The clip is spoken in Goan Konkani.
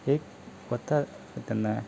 एक वता तेन्ना